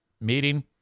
meeting